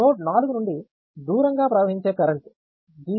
node 4 నుండి దూరంగా ప్రవహించే కరెంట్ G